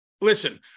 listen